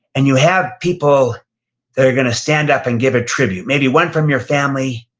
and you have people that are gonna stand up and give a tribute. maybe one from your family,